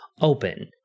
open